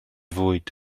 fwyd